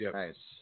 nice